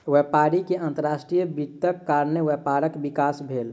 व्यापारी के अंतर्राष्ट्रीय वित्तक कारण व्यापारक विकास भेल